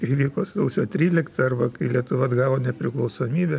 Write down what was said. įvyko sausio trylikta arba kai lietuva atgavo nepriklausomybę